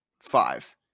five